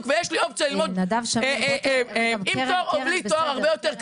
ויש לי אופציה ללמוד עם תואר או בלי תואר הרבה יותר קל,